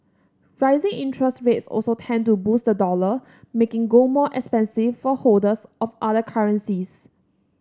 rising interest rates also tend to boost the dollar making gold more expensive for holders of other currencies